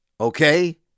okay